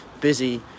busy